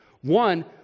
One